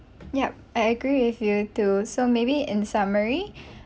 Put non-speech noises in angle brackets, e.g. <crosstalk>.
yup I agree with you too so maybe in summary <breath>